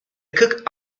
cook